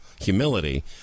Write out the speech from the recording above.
humility